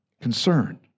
concern